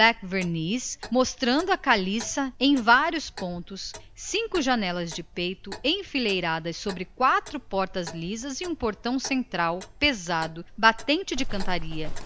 piche mostrando a caliça em vários pontos cinco janelas de peitoril enfileiradas sobre quatro portas lisas com um portão entre elas pesado batente de cantaria